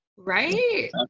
right